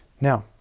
Now